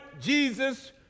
Jesus